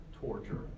torture